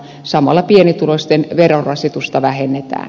samalla pienituloisten verorasitusta vähennetään